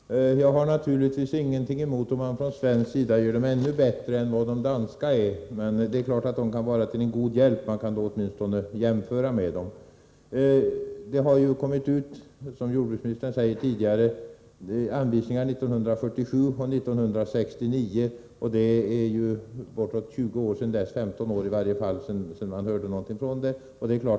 Herr talman! Jag har naturligtvis ingenting emot om man från svensk sida gör ännu bättre anvisningar än de danska, men de kan vara en god hjälp - man kan åtminstone jämföra med dem. Som jordbruksministern säger, har det tidigare kommit ut anvisningar, nämligen 1947 och 1969. Det är alltså 15 år sedan man hörde någonting om detta.